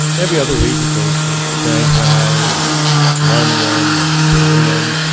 every other week, he goes to shanghai or london or berlin.